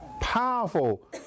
Powerful